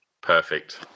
Perfect